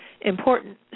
important